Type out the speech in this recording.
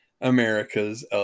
Americas